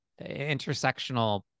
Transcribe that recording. intersectional